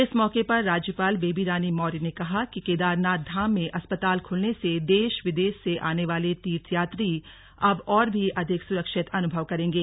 इस मौके पर राज्यपाल बेबी रानी मौर्य ने कहा कि कि केदारनाथ धाम में अस्पताल खुलने से देश विदेश से आने वाले तीर्थयात्री अब और भी अधिक सुरक्षित अनुभव करेंगे